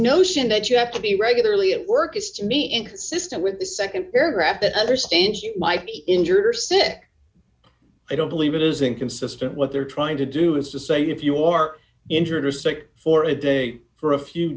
notion that you have to be regularly at work is to me inconsistent with the nd paragraph that understands you might be injured or sick i don't believe it is inconsistent what they're trying to do is to say if you are injured or sick for a day for a few